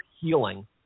healing